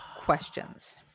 questions